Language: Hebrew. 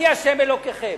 אני ה' אלוקיכם?